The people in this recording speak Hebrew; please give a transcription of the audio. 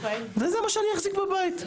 וזה מה שאני אחזיק בבית".